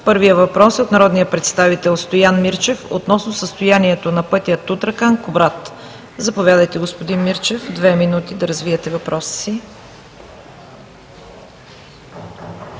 Първият въпрос е от народния представител Стоян Мирчев относно състоянието на пътя Тутракан – Кубрат. Заповядайте господин Мирчев – две минути да развиете въпроса